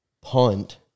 punt